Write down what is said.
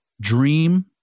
dream